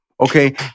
Okay